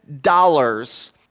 dollars